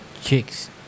Chicks